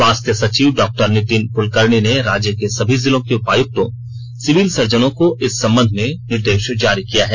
स्वास्थ्य सचिव डॉ नितिन कुलकर्णी ने राज्य के सभी जिलों के उपायुक्तों सिविल सर्जनों को इस संबंध में निर्देश जारी किया है